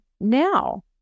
now